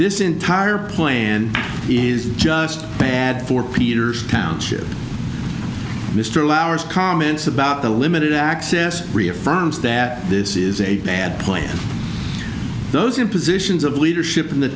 this entire plan is just bad for peters township mr lauer's comments about the limited access reaffirms that this is a bad place those in positions of leadership in the